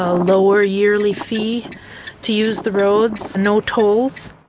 ah lower yearly fee to use the roads, no tolls.